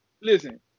listen